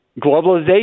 globalization